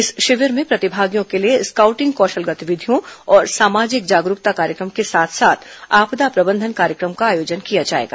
इस शिविर में प्रतिभागियों के लिए स्काउटिंग कौशल गतिविधियों और सामाजिक जागरूकता कार्यक्रम के साथ साथ आपदा प्रबंधन कार्यक्रम का आयोजन किया जाएगा